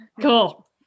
Cool